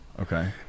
okay